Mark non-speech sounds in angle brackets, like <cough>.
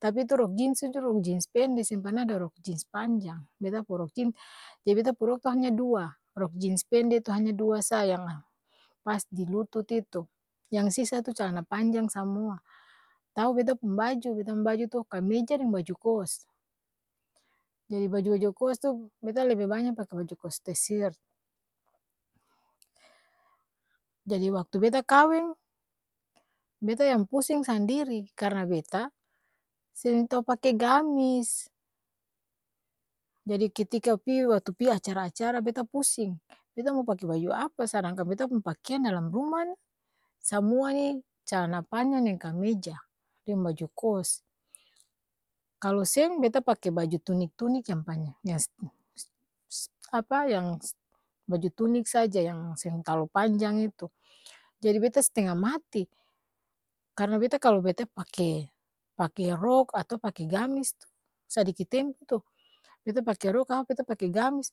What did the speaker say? Tapi tu rok jins itu rok jins pende, seng perna ada rok jins panjang, beta pung rok jins, jadi beta pung rok tu hanya dua, rok jins pende tu hanya dua saa yang pas di lutut itu, yang sisa tu calana panjang samua, tau beta pung baju? Beta pung baju tu kameja deng baju kos, jadi baju-baju kos tu, beta lebe banya pake baju kos tesirt, jadi waktu beta kaweng, beta yang pusing sandiri, karna beta, seng tau pake gamis jadi ketika pi waktu pi acara-acara beta pusing, beta mau pake baju apa? Sadangkan beta pung pakeang dalam ruma ni, samua ni calana panjang deng kameja deng baju kos, kalo seng beta pake baju tunik-tunik yang pa ya <hesitation> baju tunik saja yang seng talalu panjang itu, jadi beta s'tenga mati, karna beta kalo beta pake pake-rok ato pake gamis tu, sadiki tempo tu, beta pake rok ap beta pake gamis,